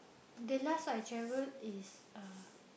the last I travelled is uh